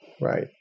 Right